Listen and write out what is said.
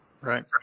Right